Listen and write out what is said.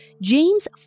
James